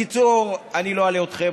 בקיצור, אני לא אלאה אתכם.